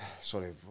Sorry